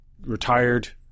retired